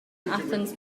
athens